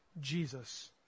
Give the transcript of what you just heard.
Jesus